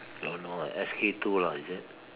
don't know eh S_K two lah is it